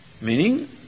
meaning